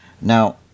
Now